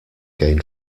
gain